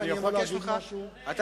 אני אבקש ממך, רגע, רגע, סליחה.